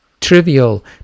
trivial